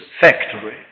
factory